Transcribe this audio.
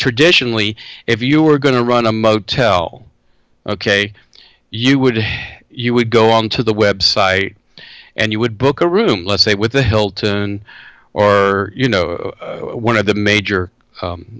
traditionally if you were going to run a motel ok you would you would go onto the website and you would book a room let's say with a hilton or you know one of the major